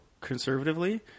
conservatively